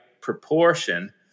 proportion